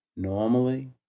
Normally